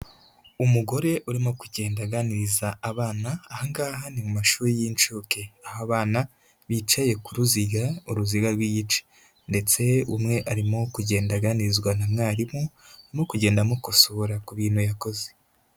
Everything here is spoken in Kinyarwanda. Umugore urimo kugenda aganiriza abana, aha ngaha ni mu mashuri y'inshuke, aho abana bicaye ku ruziga, uruziga rw'igice ndetse umwe arimo kugenda aganirizwa na mwarimu, arimo kugenda amukosora ku bintu yakoze.